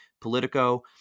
Politico